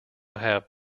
have